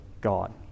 God